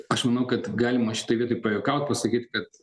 aš manau kad galima šitoj vietoj pajuokaut pasakyt kad